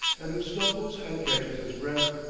and who snuffles and catches his breath.